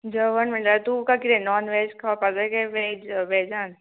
जेवण म्हणल्यार तुका कितें नॉन वॅज खावपा जाय काय वॅज वॅजान